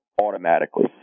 automatically